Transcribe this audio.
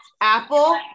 Apple